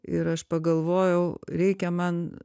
ir aš pagalvojau reikia man